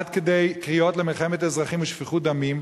עד כדי קריאות למלחמת אזרחים ושפיכות דמים.